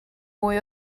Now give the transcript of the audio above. mwy